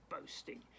boasting